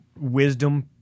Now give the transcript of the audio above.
wisdom